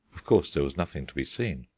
of course there was nothing to be seen.